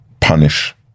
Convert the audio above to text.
punish